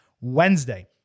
Wednesday